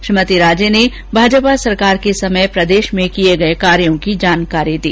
श्रीमती राजे ने भाजपा सरकार के समय प्रदेश में किए गए कार्यों की जानकारी दी